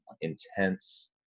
intense